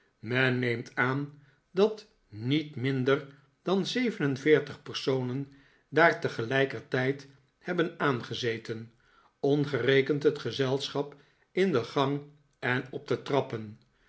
men neemt aan dat niet minder dan zeven en veertig personen daar tegelijkertijd hebben aangezeten ongerekend het gezelschap in de gang en op de trappen